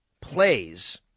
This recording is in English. plays